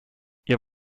ihr